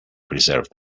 preserve